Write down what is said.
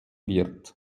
wird